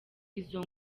izo